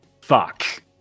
Fuck